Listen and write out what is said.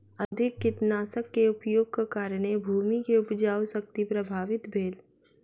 अधिक कीटनाशक के उपयोगक कारणेँ भूमि के उपजाऊ शक्ति प्रभावित भेल